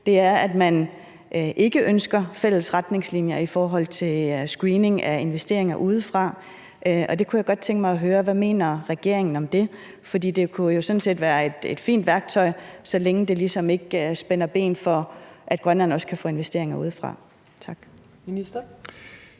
er, at man ikke ønsker fælles retningslinjer i forhold til screening af investeringer udefra, og der kunne jeg godt tænke mig at høre, hvad regeringen mener om det. For det kunne jo sådan set være et fint værktøj, så længe det ligesom ikke spænder ben for, at Grønland også kan få investeringer udefra. Tak. Kl.